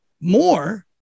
more